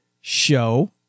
show